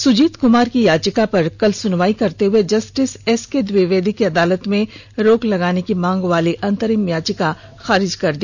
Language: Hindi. सुजीत कुमार की याचिका पर कल सुनवाई करते हुए जस्टिस एस के द्विवेदी की अदालत में रोक लगाने की मांग वाली अंतरिम याचिका को खारिज कर दिया